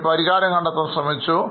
ഒരു പരിഹാരം കണ്ടെത്താൻ ശ്രമിച്ചു